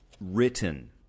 written